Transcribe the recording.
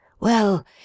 Well